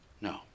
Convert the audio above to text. No